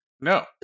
no